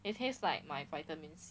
it tastes like my vitamins